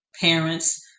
parents